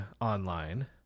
online